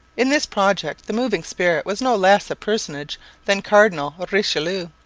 in this project the moving spirit was no less a personage than cardinal richelieu,